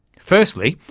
firstly,